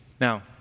Now